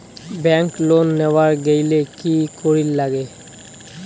Bank loan নেওয়ার গেইলে কি করীর নাগে?